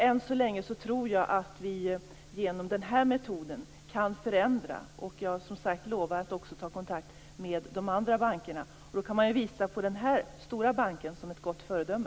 Än så länge tror jag att vi genom den här metoden kan förändra. Jag lovar att ta kontakt också med de andra bankerna. Då kan man visa på den här stora banken som ett gott föredöme.